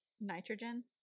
nitrogen